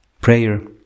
prayer